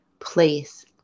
place